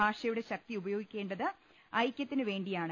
ഭാഷയുടെ ശക്തി ഉപയോഗിക്കേണ്ടത് ഐക്യത്തിനുവേണ്ടിയാണ്